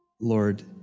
Lord